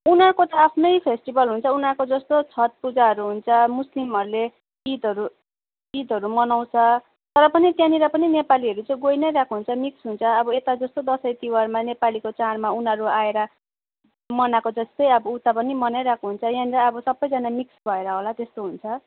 उनीहरूको त आफ्नै फेस्टिभल हुन्छ उनीहरूको जस्तो छठपूजाहरू हुन्छ मुस्लिमहरूले ईदहरू ईदहरू मनाउँछ तर पनि त्यहाँनिर पनि नेपालीहरू चाहिँ गई नै रहेको हुन्छ मिक्स हुन्छ अब यता जस्तो दसैँतिहारमा नेपालीको चाडमा उनीहरू आएर मनाएको जस्तै अब उता पनि मनाइरहेको हुन्छ यहाँनिर अब सबैजना मिक्स भएर होला त्यस्तो हुन्छ